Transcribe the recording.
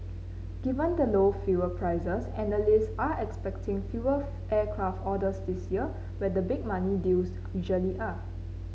given the low fuel prices analysts are expecting fewer of aircraft orders this year where the big money deals usually are